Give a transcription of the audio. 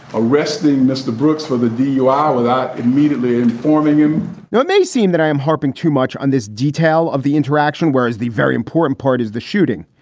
arresting mr. brooks for the dui without immediately informing him now, it may seem that i am harping too much on this detail of the interaction, whereas the very important part is the shooting.